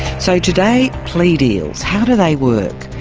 so today, plea deals how do they work,